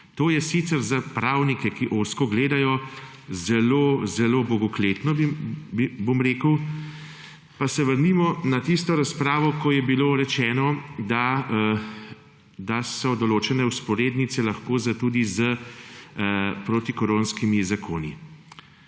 To je sicer za pravnike, ki ozko gledajo, zelo zelo bogokletno. Pa se vrnimo na tisto razpravo, ko je bilo rečeno, da so določene vzporednice lahko tudi s protikoronskimi zakoni.